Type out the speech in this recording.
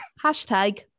Hashtag